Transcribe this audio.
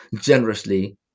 generously